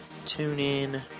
TuneIn